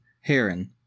heron